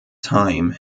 time